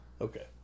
Okay